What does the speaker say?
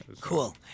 Cool